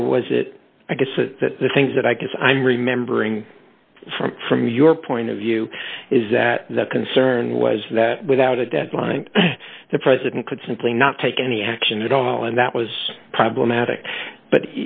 or was it that the things that i guess i'm remembering from from your point of view is that the concern was that without a deadline the president could simply not take any action at all and that was problematic but